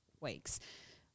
weeks